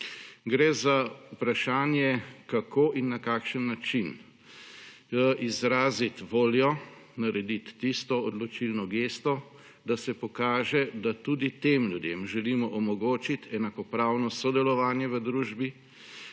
Gre za vprašanje, kako in na kakšen način izraziti voljo, narediti tisto odločilno gesto, da se pokaže, da tudi tem ljudem želimo omogočiti enakopravno sodelovanje v družbi,